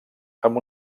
amb